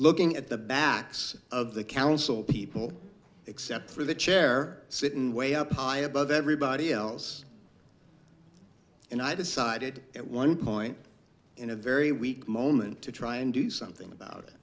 looking at the backs of the council people except for the chair sitting way up high above everybody else and i decided at one point in a very weak moment to try and do something about